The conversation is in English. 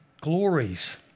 glories